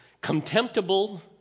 Contemptible